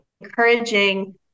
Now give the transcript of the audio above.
encouraging